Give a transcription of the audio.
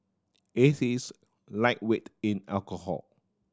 his is lightweight in alcohol